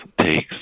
takes